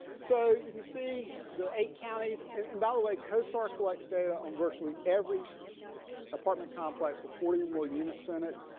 so you can see the eight counties in value like co-star collects data on virtually every apartment complex with forty or more units in it.